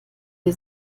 wir